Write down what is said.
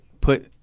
put